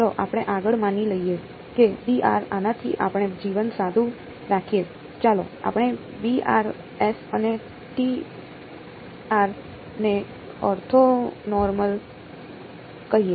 ચાલો આપણે આગળ માની લઈએ કે આનાથી આપણે જીવન સાદું રાખીએ ચાલો આપણે 's અને ' ને ઓર્થોનોર્મલ કહીએ